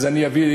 אז אני אביא,